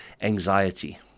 anxiety